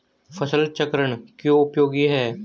फसल चक्रण क्यों उपयोगी है?